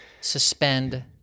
suspend